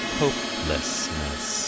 hopelessness